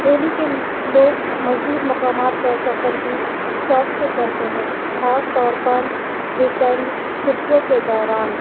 دہلی کے لوگ مزید مقامات کا سفر بھی شوق سے کرتے ہیں خاص طور پر ویکینڈ چھٹیوں کے دوران